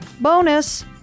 bonus